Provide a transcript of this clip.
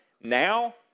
now